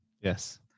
Yes